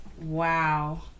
wow